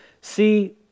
see